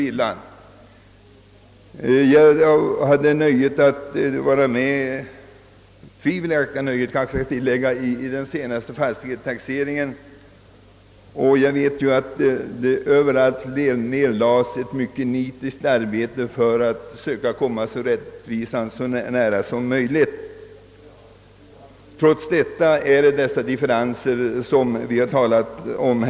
Jag hade det tvivelaktiga nöjet att vara med om den senaste fastighetstaxeringen, och jag vet att man nedlade ett mycket nitiskt arbete på att söka komma rättvisan så nära som möjligt. Trots detta uppstår sådana differenser som det här talats om.